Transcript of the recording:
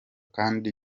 kandi